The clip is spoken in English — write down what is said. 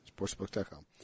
Sportsbook.com